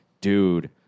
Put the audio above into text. dude